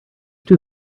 two